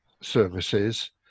services